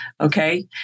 Okay